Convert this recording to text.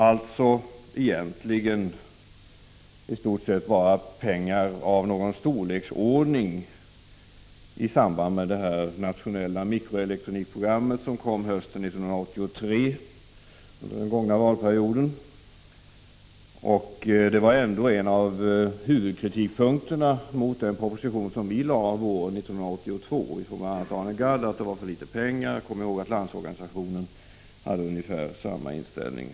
Alltså egentligen i stort sett pengar av någon storleksordning bara i samband med det nationella mikroelektronikprogrammet som kom hösten 1983, under den gångna valperioden. Det var ändå en av huvudkritikpunkterna mot den proposition som vi lade fram våren 1982 från bl.a. Arne Gadd att det var för litet pengar. Jag kommer ihåg att Landsorganisationen hade ungefär samma uppfattning.